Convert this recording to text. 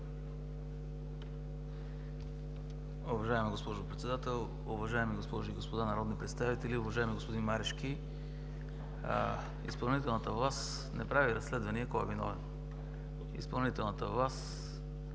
Уважаема госпожо Председател, уважаеми госпожи и господа народни представители, уважаеми господин Марешки! Изпълнителната власт не прави разследвания кой е виновен. Изпълнителната власт